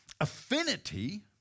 affinity